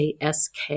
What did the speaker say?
ask